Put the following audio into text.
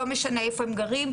לא משנה איפה הם גרים,